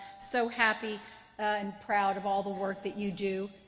so happy and proud of all the work that you do.